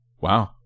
Wow